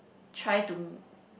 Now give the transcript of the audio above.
try to m~